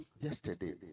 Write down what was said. yesterday